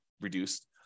reduced